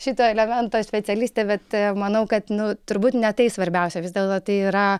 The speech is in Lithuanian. šito elemento specialistė bet manau kad nu turbūt ne tai svarbiausia vis dėlto tai yra